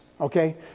okay